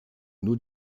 nur